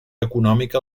econòmica